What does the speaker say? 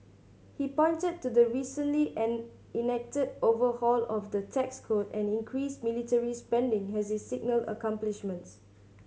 he pointed to the recently and enacted overhaul of the tax code and increased military spending as his signal accomplishments